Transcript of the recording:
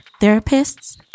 therapists